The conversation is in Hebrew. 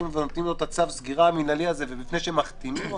ונותנים לו את צו הסגירה המנהלי ולפני שמחתימים אותו,